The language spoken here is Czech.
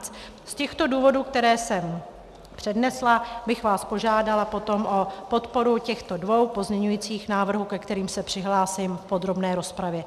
Z těchto důvodů, které jsem přednesla, bych vás požádala potom o podporu těchto dvou pozměňovacích návrhů, ke kterým se přihlásím v podrobné rozpravě.